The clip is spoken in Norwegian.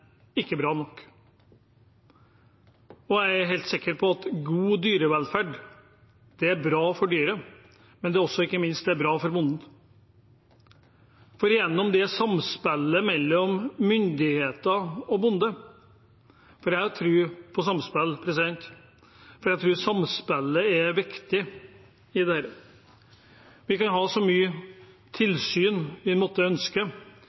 ikke dette bra nok. Jeg er helt sikker på at god dyrevelferd er bra for dyret, men ikke minst er det bra for bonden. Samspillet mellom myndigheter og bonde, for jeg tror på samspill, er viktig i dette. Vi kan ha så mye tilsyn vi måtte ønske,